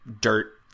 dirt